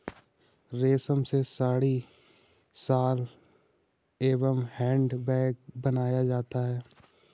रेश्म से साड़ी, शॉल एंव हैंड बैग बनाया जाता है